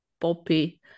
Poppy